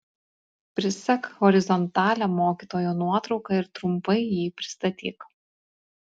prisek horizontalią mokytojo nuotrauką ir trumpai jį pristatyk